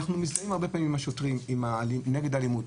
אנחנו מסתייעים הרבה פעמים עם השוטרים נגד אלימות,